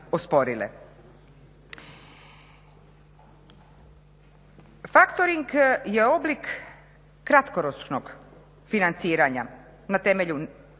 Factoring je oblik kratkoročnog financiranja na temelju